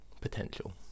potential